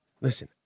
listen